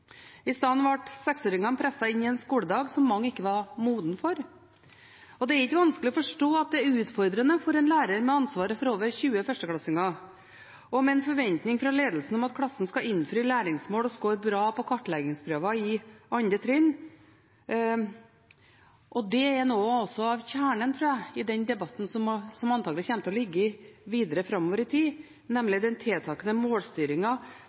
I stedet ble seksåringene presset inn i en skoledag som mange ikke var modne for. Det er ikke vanskelig å forstå at det er utfordrende for en lærer med ansvaret for over 20 førsteklassinger og med en forventning fra ledelsen om at klassen skal innfri læringsmål og skåre bra på kartleggingsprøver på 2. trinn. Det er også noe av kjernen, tror jeg, i den debatten som antagelig kommer videre framover i tid, nemlig den tiltakende målstyringen som